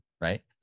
right